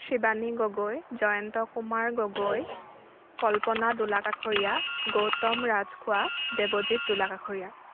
Shivani Gogoi Jayanta Kumar Gogoi Kalpana Dolakasharia Gautam Rajkhowa Debajit Dolakasharia